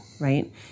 Right